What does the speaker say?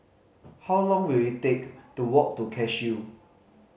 how long will it take to walk to Cashew